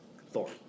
Thor